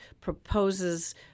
proposes